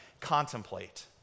contemplate